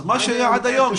אז מה שהיה עד היום,